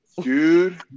dude